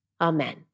Amen